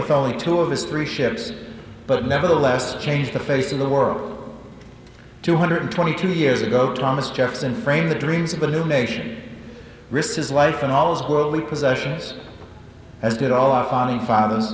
with only two of his three ships but nevertheless changed the face of the world two hundred twenty two years ago thomas jefferson framed the dreams of a new nation risks is life and all his worldly possessions as did all falling fathers